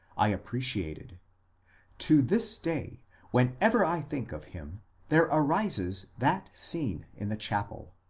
i appreciated to this day whenever i think of him there arises that scene in the chapel.